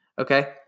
Okay